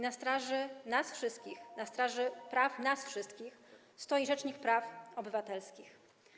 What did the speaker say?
Na straży nas wszystkich, na straży praw nas wszystkich stoi rzecznik praw obywatelskich.